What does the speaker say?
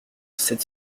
sept